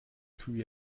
kühe